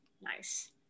nice